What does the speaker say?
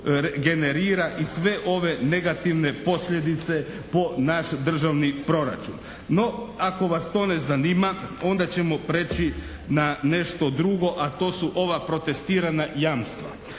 generira i sve ove negativne posljedice po naš državni proračun. No, ako vas to ne zanima onda ćemo preći na nešto drugo a to su ova protestirana jamstva.